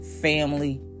family